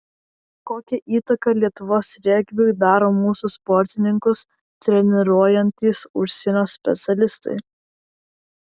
kokią įtaką lietuvos regbiui daro mūsų sportininkus treniruojantys užsienio specialistai